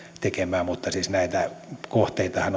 tekemään näitä kohteitahan